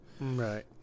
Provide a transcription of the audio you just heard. Right